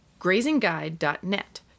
grazingguide.net